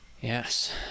Yes